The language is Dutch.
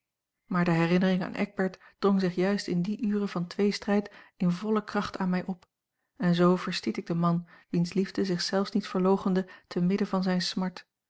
maar de herinnering aan eckbert drong zich juist in die ure van tweestrijd in volle kracht aan mij op en zoo verstiet ik den man wiens liefde zich zelfs niet verloochende te midden van zijne smart